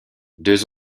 deux